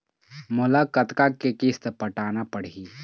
मोला कतका के किस्त पटाना पड़ही?